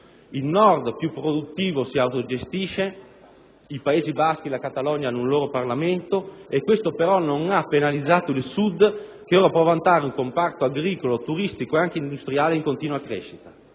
il Nord, più produttivo, si autogestisce e i Paesi baschi e la Catalogna hanno un loro Parlamento; questo non ha però penalizzato il Sud, che può ora vantare un comparto agricolo, turistico e anche industriale in continua crescita.